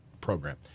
program